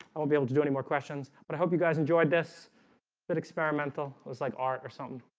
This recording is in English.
i won't be able to do any more questions but i hope you guys enjoyed this bit experimental looks like art or something